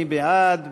מי בעד?